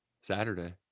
Saturday